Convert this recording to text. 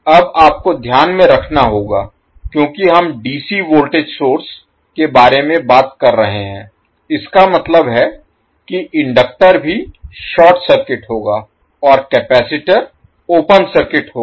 अब आपको ध्यान में रखना होगा क्योंकि हम dc वोल्टेज सोर्स के बारे में बात कर रहे हैं इसका मतलब है कि इंडक्टर भी शॉर्ट सर्किट होगा और कपैसिटर ओपन सर्किट होगा